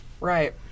Right